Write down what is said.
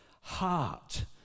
heart